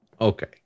Okay